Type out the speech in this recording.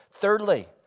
Thirdly